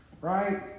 right